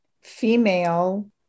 female